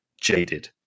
jaded